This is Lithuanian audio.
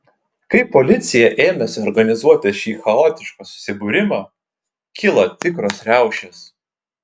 kai policija ėmėsi organizuoti šį chaotišką susibūrimą kilo tikros riaušės